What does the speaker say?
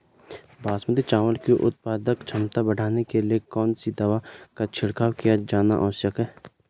बासमती चावल की उत्पादन क्षमता बढ़ाने के लिए कौन सी दवा का छिड़काव किया जाना आवश्यक है?